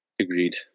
Agreed